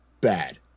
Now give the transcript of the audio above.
bad